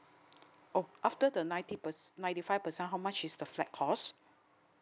oh after the ninety percent ninety five percent how much is the flat cost